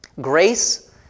Grace